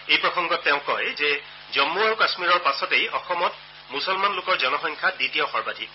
এই প্ৰসংগত তেওঁ কয় যে জম্মু আৰু কাশ্মীৰৰ পাছতেই অসমত মুছলমান লোকৰ জনসংখ্যা দ্বিতীয় সৰ্বাধিক